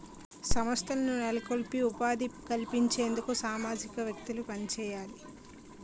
సంస్థలను నెలకొల్పి ఉపాధి కల్పించేందుకు సామాజికవేత్తలు పనిచేయాలి